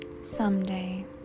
someday